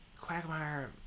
Quagmire